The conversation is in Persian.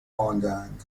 ماندهاند